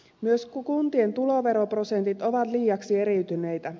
myös kuntien tuloveroprosentit ovat liiaksi eriytyneitä